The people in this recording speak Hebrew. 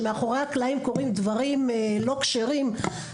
ומי בכלל חושב על זה שמאחורי הקלעים קורים דברים לא כשרים במשחק.